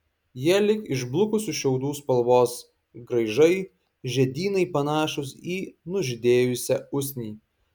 jie lyg išblukusių šiaudų spalvos graižai žiedynai panašūs į nužydėjusią usnį